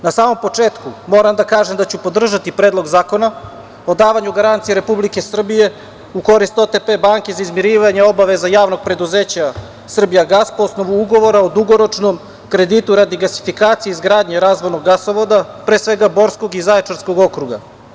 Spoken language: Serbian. Na samom početku moram da kažem da ću podržati predlog zakona o davanju garancije Republike Srbije u korist OTP banke za izmirivanje obaveza JP Srbijagas, po osnovu ugovora o dugoročnom kreditu gasifikacije i izgradnje razvodnog gasovoda, pre svega Borskog i Zaječarskog okruga.